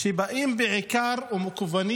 שמכוונים